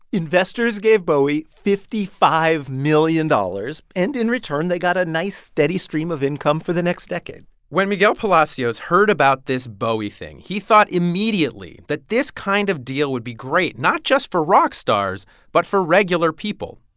investors gave bowie fifty five million dollars. and in return, they got a nice steady stream of income for the next decade when miguel palacios heard about this bowie thing, he thought immediately that this kind of deal would be great, not just for rock stars but for regular people.